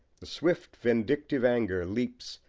the swift, vindictive anger leaps,